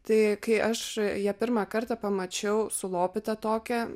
tai kai aš ją pirmą kartą pamačiau sulopytą tokią